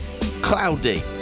cloudy